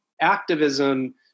activism